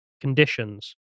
conditions